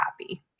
happy